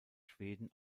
schweden